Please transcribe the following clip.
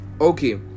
Okay